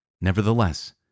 Nevertheless